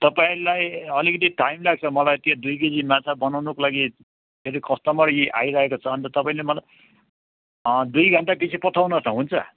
तपाईँलाई अलिकति टाइम लाग्छ मलाई त्यो दुई केजी माछा बनाउनुको लागि मेरो कस्टमर यी आइरहेको छ अनि त तपाईँले मलाई दुई घन्टापिछे पठाउनुहोस् न हुन्छ